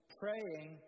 praying